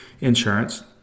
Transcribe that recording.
insurance